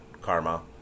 karma